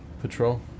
patrol